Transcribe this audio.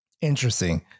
Interesting